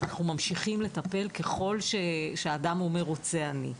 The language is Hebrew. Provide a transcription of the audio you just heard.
אנחנו ממשיכים לטפל ככל שאדם אומר "רוצה אני".